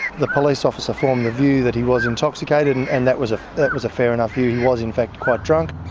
the police officer formed the view that he was intoxicated, and and that was ah that was a fair enough view, he was in fact quite drunk.